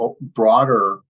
broader